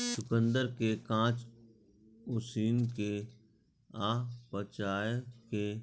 चुकंदर कें कांच, उसिन कें आ पकाय कें